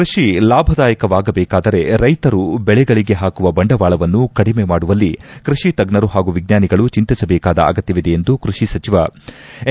ಕೃಷಿ ಲಾಭದಾಯಕವಾಗಬೇಕಾದರೆ ರೈತರು ಬೆಳೆಗಳಿಗೆ ಹಾಕುವ ಬಂಡವಾಳವನ್ನು ಕಡಿಮೆ ಮಾಡುವಲ್ಲಿ ಕೃಷಿ ತಜ್ಜರು ಹಾಗೂ ವಿಜ್ಙಾಗಳು ಚಿಂತಿಸಬೇಕಾದ ಅಗತ್ನವಿದೆ ಎಂದು ಕ್ಷಷಿ ಸಚಿವ ಎನ್